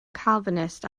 calvinist